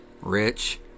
rich